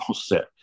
set